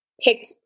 picked